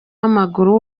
w’amaguru